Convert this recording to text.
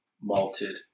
Malted